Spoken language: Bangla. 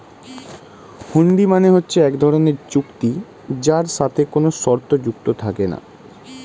হুন্ডি মানে হচ্ছে এক ধরনের চুক্তি যার সাথে কোনো শর্ত যুক্ত থাকে না